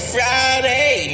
Friday